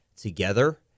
together